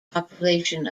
population